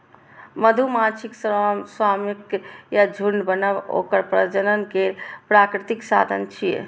मधुमाछीक स्वार्मिंग या झुंड बनब ओकर प्रजनन केर प्राकृतिक साधन छियै